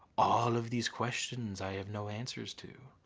all of these questions i have no answers to.